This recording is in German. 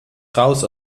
raus